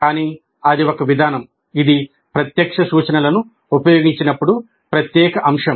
కానీ అది ఒక విధానం ఇది ప్రత్యక్ష సూచనలను ఉపయోగించినప్పుడు ప్రత్యేక అంశం